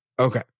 Okay